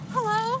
Hello